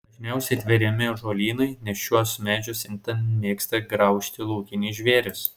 dažniausiai tveriami ąžuolynai nes šiuos medžius itin mėgsta graužti laukiniai žvėrys